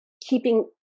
keeping